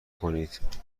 کنید